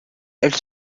elle